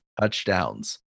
touchdowns